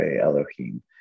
Elohim